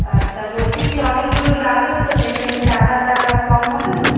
আচ্ছা বলছি কি অনেকগুলো লাগবে তো সেই জন্যে টাকাটা কম হবে তো